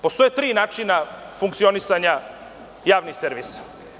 Postoje tri načina funkcionisanja javnih servisa.